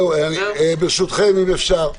ברשותכם, אם אפשר.